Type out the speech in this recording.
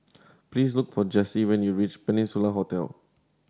please look for Jessi when you reach Peninsula Hotel